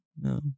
No